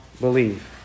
believe